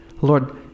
Lord